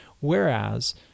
Whereas